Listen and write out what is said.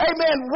Amen